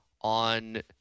on